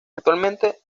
actualmente